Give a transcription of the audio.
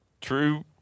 true